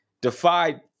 defied